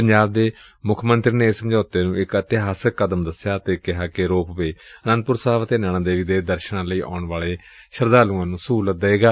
ਪੰਜਾਬ ਦੇ ਮੁੱਖ ਮੰਤਰੀ ਨੇ ਇਸ ਸਮਝੌਤੇ ਨੂੰ ਇਕ ਇਤਿਹਾਸਕ ਕਦਮ ਦਸਿਆ ਅਤੇ ਕਿਹਾ ਕਿ ਰੋਪਵੇਅ ਆਨੰਦਪੁਰ ਸਾਹਿਬ ਅਤੇ ਨੈਣਾ ਦੇਵੀ ਦੇ ਦਰਸ਼ਨਾਂ ਲਈ ਆਉਣ ਵਾਲੇ ਸ਼ਰਧਾਲੁਆਂ ਨੁੰ ਸਹੁਲਤ ਦਏਗਾ